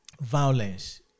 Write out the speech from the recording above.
violence